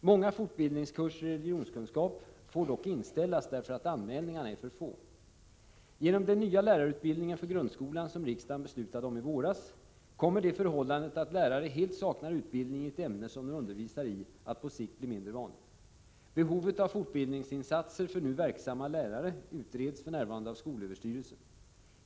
Många fortbildningskurser i religionskunskap får dock inställas därför att anmälningarna är för få. Genom den nya lärarutbildningen för grundskolan, som riksdagen beslutade om i våras, kommer det förhållandet att lärare helt saknar utbildning i ett ämne, som de undervisar i, att på sikt bli mindre vanligt. Behovet av fortbildningsinsatser för nu verksamma lärare utreds för närvarande av skolöverstyrelsen.